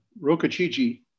Rokachiji